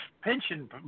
pension